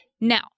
Now